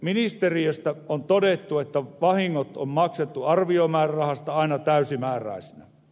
ministeriöstä on todettu että vahingot on maksettu arviomäärärahasta aina täysimääräisinä